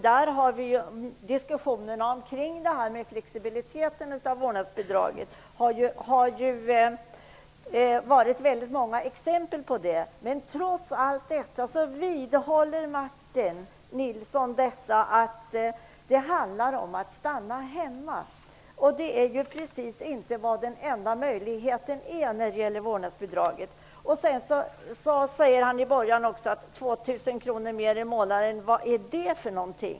Där gavs ju många exempel på flexibiliteten i vårdnadsbidraget. Trots allt detta vidhöll Martin Nilsson att det handlar om att en förälder skall stanna hemma. Det är ju inte den enda möjligheten med vårdnadsbidraget. Martin Nilsson frågade vad 2 000 kr mer i månaden är.